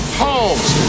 homes